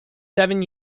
seven